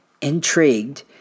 Intrigued